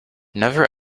never